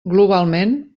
globalment